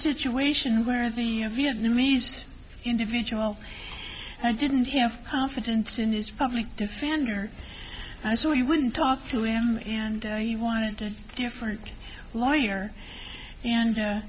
situation where the vietnamese individual i didn't have confidence in his public defender so he wouldn't talk to him and he wanted a different lawyer and